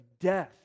death